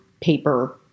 paper